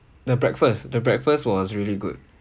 the breakfast the breakfast was really good